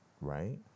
right